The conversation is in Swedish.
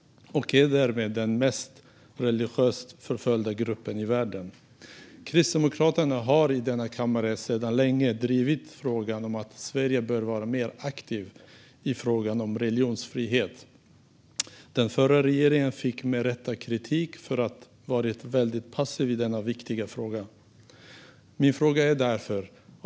Det är därmed den mest förföljda religiösa gruppen i världen. Kristdemokraterna har i denna kammare länge drivit att Sverige bör vara mer aktivt i fråga om religionsfrihet. Den förra regeringen fick med rätta kritik för att vara väldigt passiv i denna viktiga fråga.